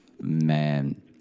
man